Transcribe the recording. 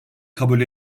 kabul